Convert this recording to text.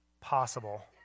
possible